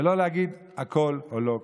ולא להגיד הכול או לא כלום.